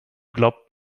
glaubt